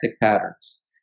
patterns